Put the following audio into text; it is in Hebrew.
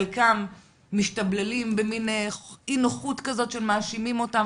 חלקם משתבללים במין אי נוחות כזאת כשמאשימים אותם